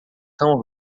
são